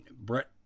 Brett